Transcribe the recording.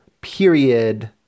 period